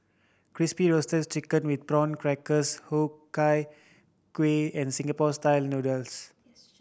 Crispy Roasted Chicken with Prawn Crackers Ku Chai Kueh and Singapore Style Noodles